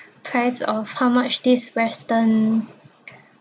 price of how much this western